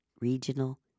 regional